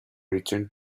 returned